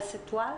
למסטוואל?